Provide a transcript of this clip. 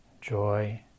joy